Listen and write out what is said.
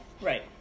right